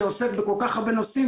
שעוסק בכל כך הרבה נושאים,